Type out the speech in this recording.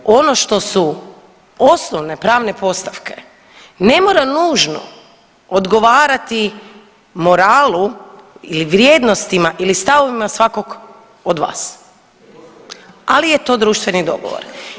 Pri tome ono što su osnovne pravne postavke ne mora nužno odgovarati moralu ili vrijednostima ili stavovima svakog od vas, ali je to društveni dogovor.